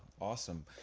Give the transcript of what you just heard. awesome